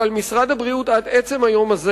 אבל עד עצם היום הזה